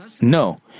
No